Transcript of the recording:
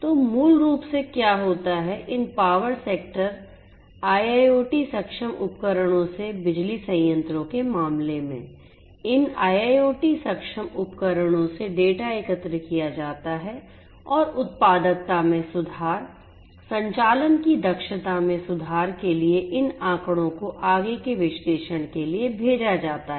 तो मूल रूप से क्या होता है इन पावर सेक्टर IIoT सक्षम उपकरणों से बिजली संयंत्रों के मामले में इन IIoT सक्षम उपकरणों से डेटा एकत्र किया जाता है और उत्पादकता में सुधार संचालन की दक्षता में सुधार के लिए इन आंकड़ों को आगे के विश्लेषण के लिए भेजा जाता है